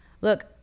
look